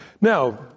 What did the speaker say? Now